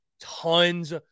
tons